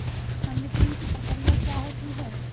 संवितरण की प्रक्रिया क्या होती है?